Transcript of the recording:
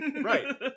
right